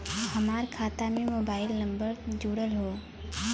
हमार खाता में मोबाइल नम्बर जुड़ल हो?